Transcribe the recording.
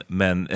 men